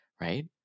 right